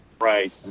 Right